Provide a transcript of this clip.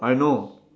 I know